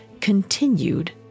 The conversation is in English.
continued